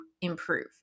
improve